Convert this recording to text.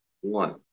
One